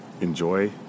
Enjoy